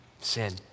sin